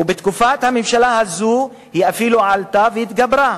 ובתקופת הממשלה הזו היא אפילו עלתה והתגברה,